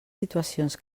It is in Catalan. situacions